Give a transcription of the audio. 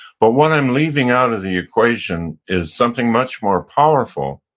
but what i'm leaving out of the equation is something much more powerful,